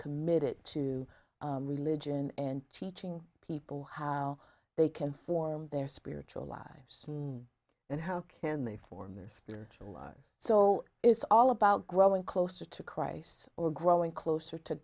committed to religion and teaching people how they can form their spiritual lives and how can they form their spiritual lives so it's all about growing closer to christ or growing closer to